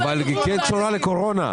אבל היא כן קשורה לקורונה.